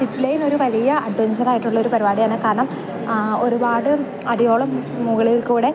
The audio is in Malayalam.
സിപ് ലൈനൊരു വലിയ അഡ്വഞ്ചറായിട്ടുള്ളൊരു പരിപാടിയാണ് കാരണം ആ ഒരുപാട് അടിയോളം മുകളിൽക്കൂടി